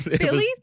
Billy